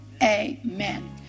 Amen